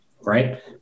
right